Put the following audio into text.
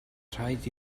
rhaid